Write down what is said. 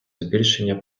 збільшення